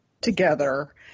together